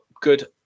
good